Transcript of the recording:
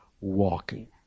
walking